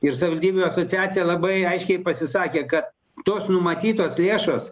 ir savivaldybių asociacija labai aiškiai pasisakė kad tos numatytos lėšos